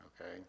okay